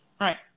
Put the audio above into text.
Right